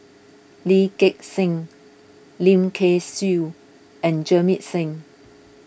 Lee Gek Seng Lim Kay Siu and Jamit Singh